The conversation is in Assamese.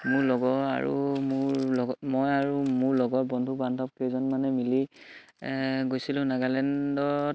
মোৰ লগৰ আৰু মোৰ লগৰ মই আৰু মোৰ লগৰ বন্ধু বান্ধৱ কেইজনমানে মিলি গৈছিলোঁ নাগালেণ্ডত